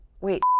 wait